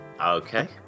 Okay